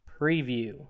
preview